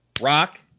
Rock